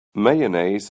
mayonnaise